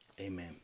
Amen